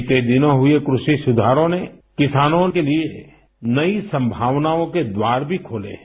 बीते दिनों हुए कृषि सुधारों ने किसानों के लिए नई संभावनाओं के द्वार भी खोले हैं